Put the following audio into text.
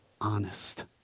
honest